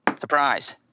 Surprise